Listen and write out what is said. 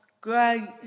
great